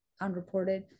unreported